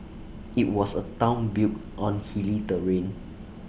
IT was A Town built on hilly terrain